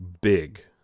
big